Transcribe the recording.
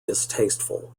distasteful